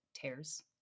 tears